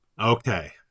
Okay